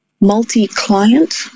multi-client